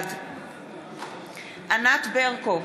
בעד ענת ברקו,